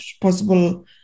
possible